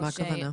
למה הכוונה?